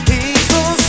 People